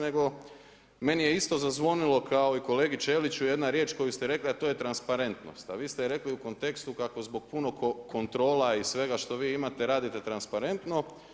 Nego meni je isto zazvonilo kao i kolegi Ćeliću jedna riječ koju ste rekli a to je transparentnost, a vi ste je rekli u kontekstu kako zbog puno kontrola i svega što vi imate radite transparentno.